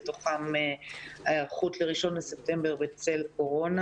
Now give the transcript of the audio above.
בתוכן ההיערכות ל-1 בספטמבר בצל הקורונה.